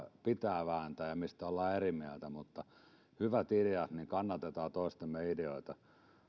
pitää vääntää ja mistä ollaan eri mieltä mutta kannatetaan toistemme hyviä ideoita